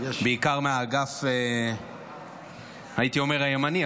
בעיקר מהאגף, הייתי אומר הימני,